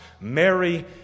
Mary